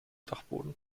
dachboden